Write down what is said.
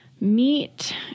meet